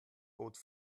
bot